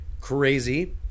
crazy